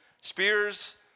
spears